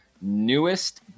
newest